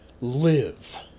Live